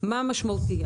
מה משמעותי.